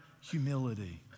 humility